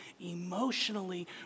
emotionally